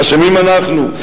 אשמים אנחנו.